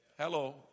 Hello